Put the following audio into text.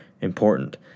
important